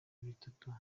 bitatu